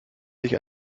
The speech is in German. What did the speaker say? sich